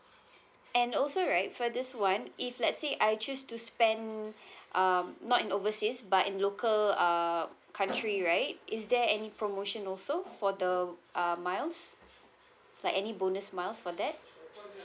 and also right for this one if let's say I choose to spend um not in overseas but in local uh country right is there any promotion also for the uh miles like any bonus miles for that